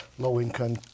low-income